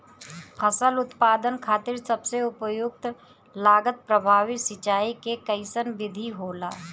फसल उत्पादन खातिर सबसे उपयुक्त लागत प्रभावी सिंचाई के कइसन विधि होला?